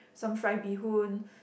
some fry bee hoon